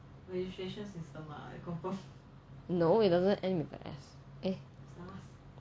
no it doesn't end with the s eh